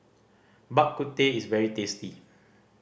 Bak Kut Teh is very tasty